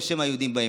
בשם "היהודים באים".